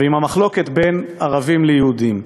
ועם המחלוקת בין ערבים ליהודים.